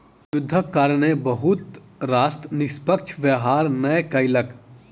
युद्धक कारणेँ बहुत राष्ट्र निष्पक्ष व्यापार नै कयलक